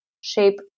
shape